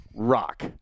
rock